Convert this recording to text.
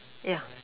yeah